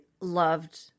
loved